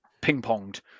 ping-ponged